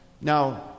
Now